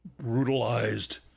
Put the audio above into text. brutalized